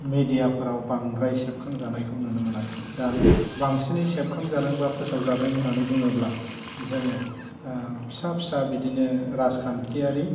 मेदियाफ्राव बांद्राय सेबखांजानायखौ नुनो मोनाखै दा बांसिनै सेबांजादों बा फोसावजादों होन्नानै बुङोब्ला जोङो फिसा फिसा बिदिनो राजखान्थियारि